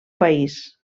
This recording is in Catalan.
país